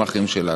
הם אחים שלנו.